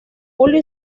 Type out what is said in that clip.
julio